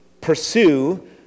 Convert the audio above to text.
pursue